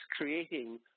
creating